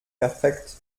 perfekt